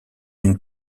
une